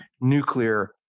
nuclear